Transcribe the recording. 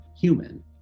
human